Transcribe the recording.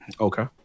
Okay